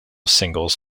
singles